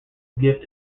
gift